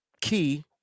key